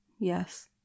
Yes